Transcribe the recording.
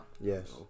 Yes